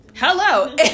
hello